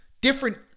different